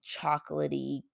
chocolatey